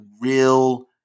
real